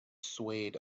swayed